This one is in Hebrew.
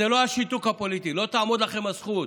זה לא השיתוק הפוליטי, לא תעמוד לכם הזכות.